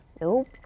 nope